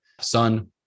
Son